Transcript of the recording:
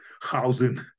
housing